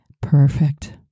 perfect